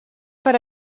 per